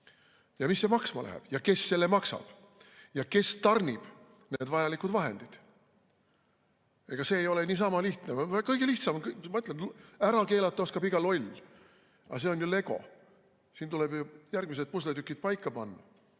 Ja mis see maksma läheb ja kes selle maksab ja kes tarnib need vajalikud vahendid? Ega see ei ole niisama lihtne. Kõige lihtsam [on keelata]. Ma ütlen, ära keelata oskab iga loll. Aga see on ju lego, siin tuleb ju järgmised pusletükid paika panna.